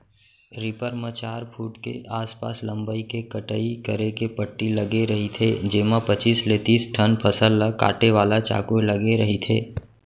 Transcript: reaper म चार foot के आसपास लंबई के कटई करे के पट्टी लगे रहिथे जेमा पचीस ले तिस ठन फसल ल काटे वाला चाकू लगे रहिथे